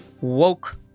woke